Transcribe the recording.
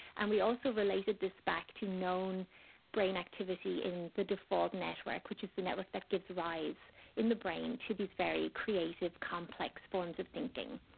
and we also related this back to known brain activity in the default network, which is the network that gives rise in the brain to these very creative, complex forms of thinking,